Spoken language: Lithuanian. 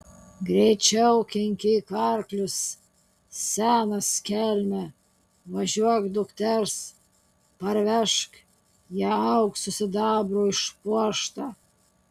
greičiau kinkyk arklius senas kelme važiuok dukters parvežk ją auksu sidabru išpuoštą